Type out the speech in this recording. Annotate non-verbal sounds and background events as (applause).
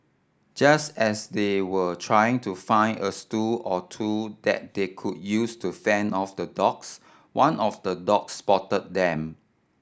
just as they were trying to find a (unintelligible) or two that they could use to fend off the dogs one of the dogs spotted them